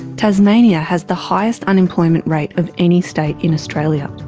tasmania has the highest unemployment rate of any state in australia.